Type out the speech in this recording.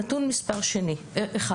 נתון מספר אחד,